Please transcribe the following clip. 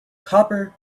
copper